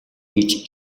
гэж